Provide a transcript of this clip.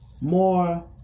More